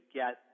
get